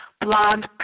blonde